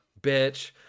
bitch